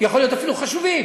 יכול להיות אפילו שהם חשובים.